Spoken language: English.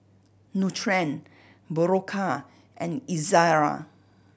Nutren Berocca and Ezerra